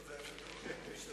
בביצועים שלו.